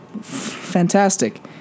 fantastic